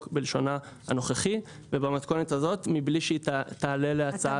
בלשונה הנוכחי ובמתכונת הזאת מבלי שהיא תעלה להצעת